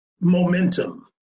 Momentum